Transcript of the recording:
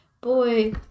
boy